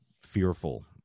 fearful